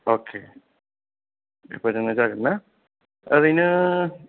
अके बेफोरजोंनो जागोनना ओरैनो